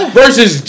versus